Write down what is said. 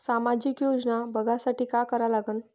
सामाजिक योजना बघासाठी का करा लागन?